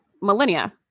Millennia